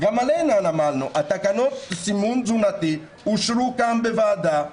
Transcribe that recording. תקנות סימון תזונתי אושרו גם בוועדה.